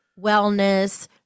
wellness